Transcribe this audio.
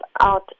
out